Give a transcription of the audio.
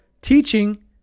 teaching